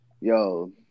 yo